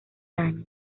años